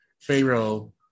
Pharaoh